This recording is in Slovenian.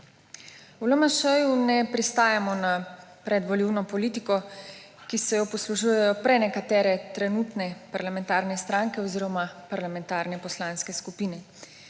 V LMŠ ne pristajamo na predvolilno politiko, ki se je poslužujejo prenekatere trenutne parlamentarne stranke oziroma parlamentarne poslanske skupine,